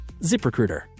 ZipRecruiter